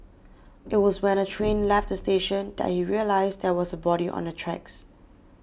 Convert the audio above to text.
it was when the train left the station that he realised there was a body on the tracks